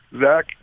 Zach